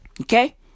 Okay